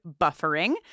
buffering